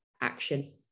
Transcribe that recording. action